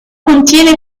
contiene